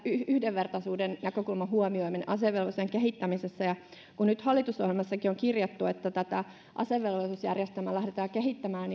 yhdenvertaisuuden näkökulman huomioiminen asevelvollisuuden kehittämisessä ja kun nyt hallitusohjelmassakin on kirjattu että tätä asevelvollisuusjärjestelmää lähdetään kehittämään